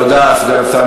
תודה, חבר הכנסת גילאון.